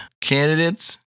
candidates